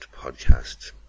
podcast